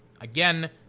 Again